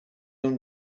own